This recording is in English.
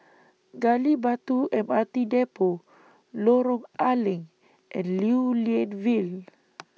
Gali Batu M R T Depot Lorong A Leng and Lew Lian Vale